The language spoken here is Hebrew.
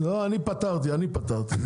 אני פתרתי.